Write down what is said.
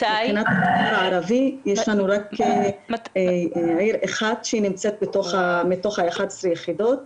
מבחינת המגזר הערבי יש לנו רק עיר אחת שנמצאת בתוך ה-11 יחידות,